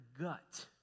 gut